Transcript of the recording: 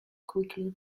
quickly